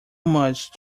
much